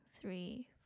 three